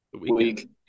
week